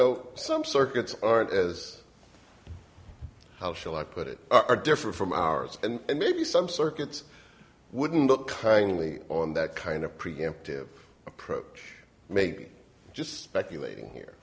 know some circuits aren't as how shall i put it are different from ours and maybe some circuits wouldn't look kindly on that kind of preemptive approach maybe just speculating here